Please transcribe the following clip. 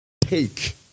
take